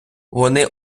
вони